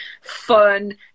fun